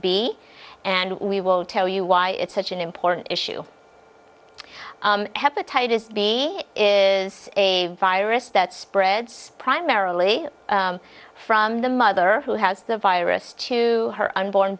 b and we will tell you why it's such an important issue hepatitis b is a virus that spreads primarily from the mother who has the virus to her unborn